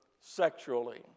sexually